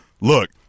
look